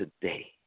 today